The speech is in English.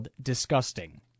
disgusting